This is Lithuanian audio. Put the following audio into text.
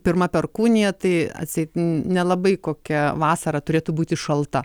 pirma perkūnija tai atseit nelabai kokia vasara turėtų būti šalta